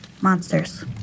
monsters